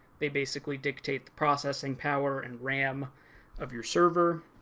they basically dictate the processing power, and ram of your server.